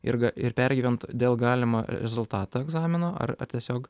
ir ir pergyvent dėl galimo rezultato egzamino ar tiesiog